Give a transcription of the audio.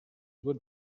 would